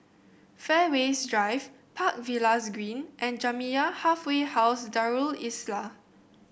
Fairways Drive Park Villas Green and Jamiyah Halfway House Darul Islah